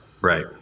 Right